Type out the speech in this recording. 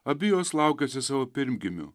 abi jos laukiasi savo pirmgimių